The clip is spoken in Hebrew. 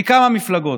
מכמה מפלגות,